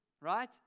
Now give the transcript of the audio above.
right